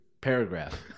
paragraph